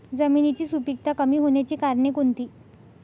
जमिनीची सुपिकता कमी होण्याची कारणे कोणती?